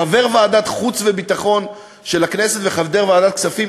חבר ועדת החוץ והביטחון של הכנסת וחבר ועדת הכספים.